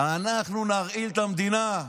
אנחנו נרעיל את המדינה.